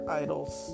idols